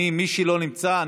מי שלא נמצא,